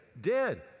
dead